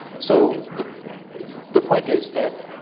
so the the point is that